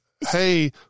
hey